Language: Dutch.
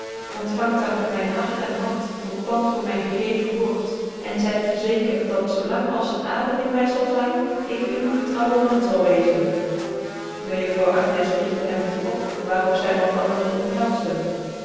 ontfangt daar op mijn hart en hand tot pand voor mijn gegeven woord en zyt verzekert dat zoo lang als er adem in my zal zyn ik u getrouwe man zal wezen mejuffrouw agncs regte hem doe op waar op zy malkandcrcn